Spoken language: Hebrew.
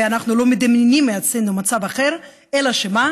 ואנחנו לא מדמיינים לעצמנו מצב אחר, אלא מה?